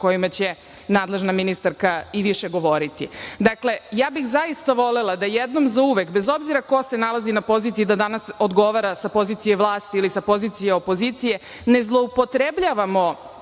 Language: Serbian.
o kojima će nadležna ministarka i više govoriti. Dakle, ja bih zaista volela da jednom zauvek bez obzira ko se nalazi na poziciji da danas odgovara sa pozicije vlasti ili sa pozicije opozicije, ne zloupotrebljavamo